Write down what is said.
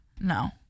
No